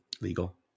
Legal